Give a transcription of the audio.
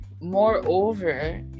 moreover